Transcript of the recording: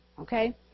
Okay